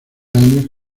años